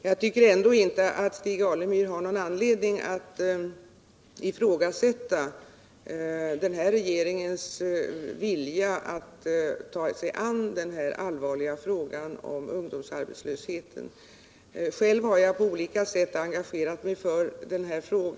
Jag tycker ändå inte att Stig Alemyr har någon anledning att ifrågasätta den här regeringens vilja att ta sig an den allvarliga frågan om ungdomsarbetslösheten. Själv har jag på olika sätt engagerat mig för denna fråga.